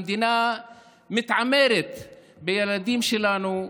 המדינה מתעמרת בילדים שלנו,